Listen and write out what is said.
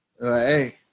Hey